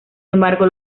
embargo